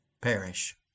perish